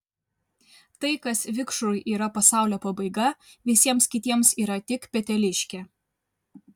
tai kas vikšrui yra pasaulio pabaiga visiems kitiems yra tik peteliškė